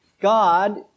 God